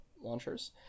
launchers